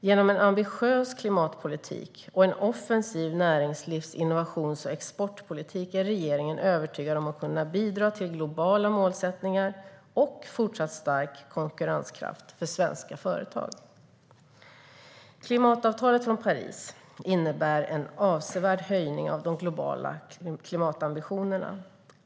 Genom en ambitiös klimatpolitik och en offensiv näringslivs, innovations och exportpolitik är regeringen övertygad om att kunna bidra till globala målsättningar och fortsatt stark konkurrenskraft för svenska företag. Klimatavtalet från Paris innebär en avsevärd höjning av de globala klimatambitionerna.